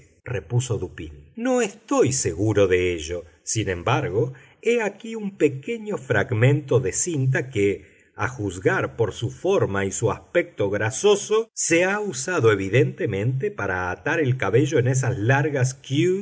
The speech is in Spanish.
repuso dupín no estoy seguro de ello sin embargo he aquí un pequeño fragmento de cinta que a juzgar por su forma y su aspecto grasoso se ha usado evidentemente para atar el cabello en esas largas queues a que